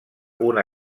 una